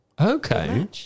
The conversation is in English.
Okay